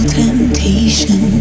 temptation